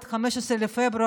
עד 15 בפברואר,